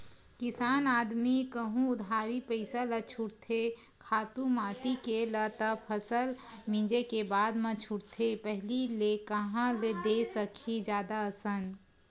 किसान आदमी कहूँ उधारी पइसा ल छूटथे खातू माटी के ल त फसल मिंजे के बादे म छूटथे पहिली ले कांहा दे सकही जादा असन